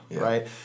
right